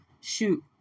Shoot